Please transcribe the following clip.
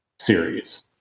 series